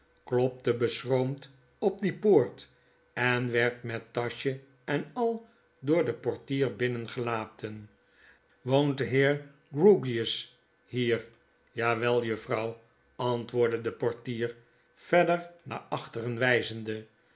klopte beschroomd op die poort en werd met taschje en al door den portier binnen gelaten woont de heer grewgious hier jawel juffrouw antwoordde de portier verder naar achteren wijzende